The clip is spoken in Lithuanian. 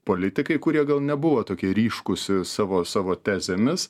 politikai kurie gal nebuvo tokie ryškūs savo savo tezėmis